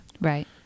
Right